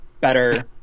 better